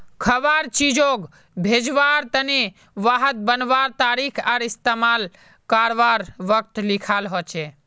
खवार चीजोग भेज्वार तने वहात बनवार तारीख आर इस्तेमाल कारवार वक़्त लिखाल होचे